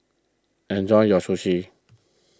enjoy your Sushi